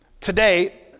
Today